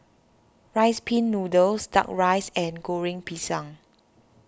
Rice Pin Noodles Duck Rice and Goreng Pisang